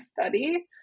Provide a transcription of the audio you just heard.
study